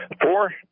Four